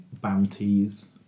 bounties